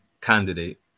candidate